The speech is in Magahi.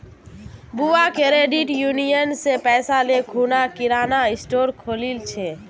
बुआ क्रेडिट यूनियन स पैसा ले खूना किराना स्टोर खोलील छ